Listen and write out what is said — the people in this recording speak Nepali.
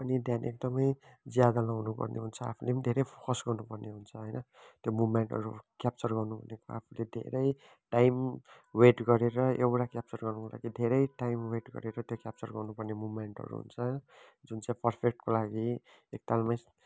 पनि ध्यान एकदमै ज्यादा लगाउनुपर्ने हुन्छ आफुले पनि धेरै फोकस गर्नुपर्ने हुन्छ होइन त्यो मुभमेन्टहरू क्याप्चर गर्नु भनेको आफुले धेरै टाइम वेट गरेर एउटा क्याप्चर गर्नुको लागि धेरै टाइम वेट गरेर त्यो क्याप्चर गर्नुपर्ने मुभमेन्टहरू हुन्छ जुन चाहिँ पर्फेक्टको लागि एकतालमै